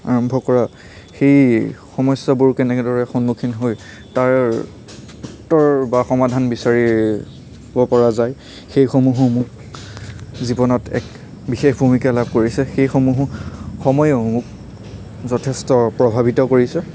আৰম্ভ কৰা সেই সমস্য়াবোৰ কেনেদৰে সন্মুখীন হৈ তাৰ উত্তৰ বা সমাধান বিচাৰিব পৰা যায় সেইসমূহো মোক জীৱনত এক বিশেষ ভূমিকা লাভ কৰিছে সেইসমূহো সময়েও মোক যথেষ্ট প্ৰভাৱিত কৰিছে